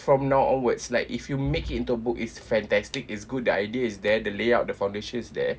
from now onwards like if you make it into a book it's fantastic it's good the idea is there the layout the foundation is there